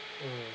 mm